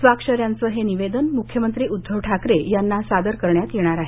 स्वाक्षऱ्यांचं हे निवेदन मुख्यमंत्री उद्धव ठाकरे यांना सादर करण्यात येणार आहे